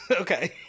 okay